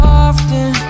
often